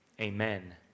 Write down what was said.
Amen